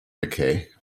decay